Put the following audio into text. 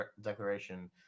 declaration